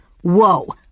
Whoa